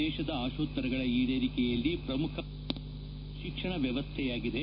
ದೇಶದ ಆಶೋತ್ತರಗಳ ಈಡೇರಿಕೆಯಲ್ಲಿ ಪ್ರಮುಖ ಮಾಧಮ ಶಿಕ್ಷಣ ವ್ಯವಸ್ಥೆಯಾಗಿದೆ